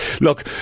look